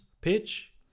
pitch